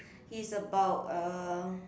he's about uh